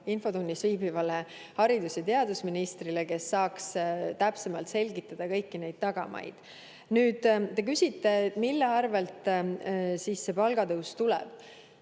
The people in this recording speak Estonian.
infotunnis viibivale haridus‑ ja teadusministrile, kes saaks täpsemalt selgitada kõiki neid tagamaid. Nüüd, te küsite, mille arvel siis see palgatõus tuleb.